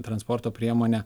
transporto priemonę